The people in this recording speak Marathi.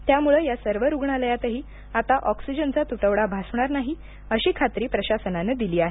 त्यामुळे या सर्व रुग्णालयांतही आता ऑक्सिजनचा त्टवडा भासणार नाही अशी खात्री प्रशासनानं दिली आहे